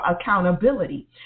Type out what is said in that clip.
accountability